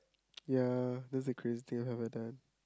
ya that's the craziest thing I've ever done